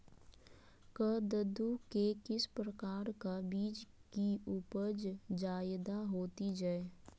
कददु के किस प्रकार का बीज की उपज जायदा होती जय?